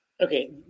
Okay